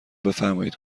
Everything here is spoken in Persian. بفرمایید